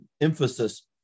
emphasis